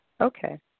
Okay